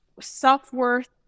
self-worth